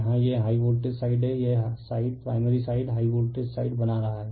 यहां यह high voltage side है यह side primary side high voltage side बना रहा है